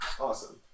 Awesome